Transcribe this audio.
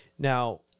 Now